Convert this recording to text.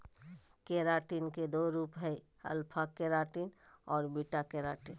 keratin के दो रूप हइ, अल्फा केराटिन आरो बीटा केराटिन